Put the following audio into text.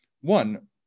one